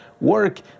work